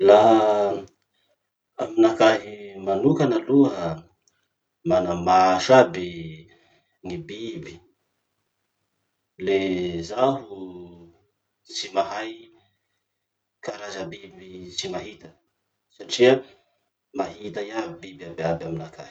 Laha aminakahy manokana aloha manamaso aby gny biby, le zaho tsy mahay karaza biby tsy mahita satria mahita iaby biby iaby iaby aminakahy.